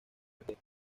argelia